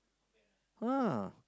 !huh!